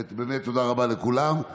באמת תודה רבה לכולם.